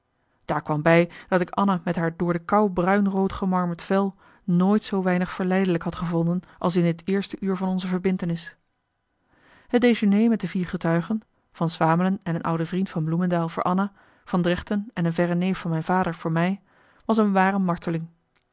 daar kwam bij dat ik anna met haar door de kou bruinrood gemarmerd vel nooit zoo weinig verleidelijk had gevonden als in dit eerste uur van onze verbintenis het déjeuner met de vier getuigen van swamelen en een oude vriend van bloemendael voor anna van dregten en een verre neef van mijn vader voor mij was een ware marteling